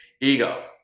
Ego